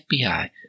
FBI